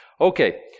Okay